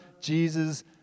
Jesus